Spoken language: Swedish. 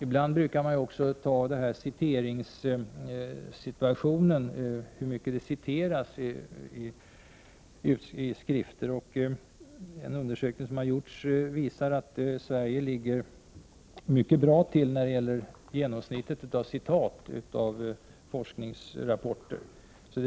Ibland brukar man också nämna hur mycket som citeras av svenska forskare i skrifter. En undersökning som har gjorts visar att Sverige ligger mycket bra till när det gäller genomsnittet av citat ur forskningsrapporter från Sverige.